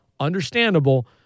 understandable